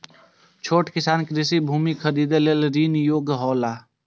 छोट किसान कृषि भूमि खरीदे लेल ऋण के योग्य हौला?